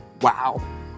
Wow